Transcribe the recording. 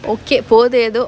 okay போது ஏதோ:pothu etho